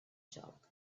job